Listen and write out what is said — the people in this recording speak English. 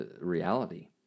reality